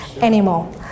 anymore